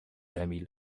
emil